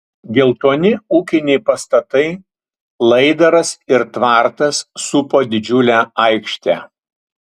geltoni ūkiniai pastatai laidaras ir tvartas supo didžiulę aikštę